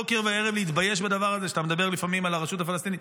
בוקר וערב להתבייש בדבר הזה כשאתה מדבר לפעמים על הרשות הפלסטינית.